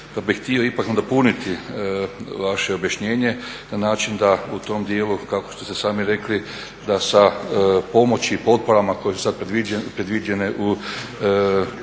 Hvala na